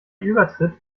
übertritt